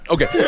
Okay